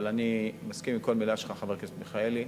אבל אני מסכים עם כל מלה שלך, חבר הכנסת מיכאלי.